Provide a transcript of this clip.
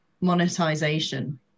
monetization